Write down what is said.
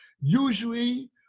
usually